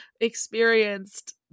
experienced